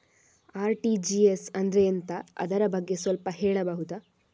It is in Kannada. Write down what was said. ಆರ್.ಟಿ.ಜಿ.ಎಸ್ ಅಂದ್ರೆ ಎಂತ ಅದರ ಬಗ್ಗೆ ಸ್ವಲ್ಪ ಹೇಳಬಹುದ?